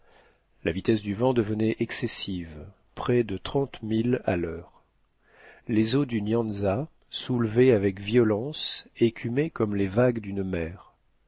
la vitesse du vent devenait excessive près de trente milles à l'heure les eaux du nyanza soulevées avec violence écumaient comme les vagues d'une mer